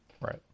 Right